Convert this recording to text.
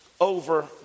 over